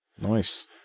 Nice